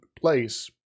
place